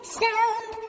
sound